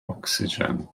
ocsigen